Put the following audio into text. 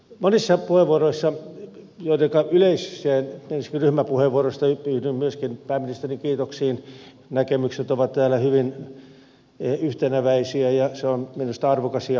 monissa puheenvuoroissa ensinnäkin ryhmäpuheenvuoroista yhdyn myöskin pääministerin kiitoksiin näkemykset ovat täällä hyvin yhteneväisiä ja se on minusta arvokas ja tärkeä asia